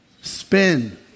Spin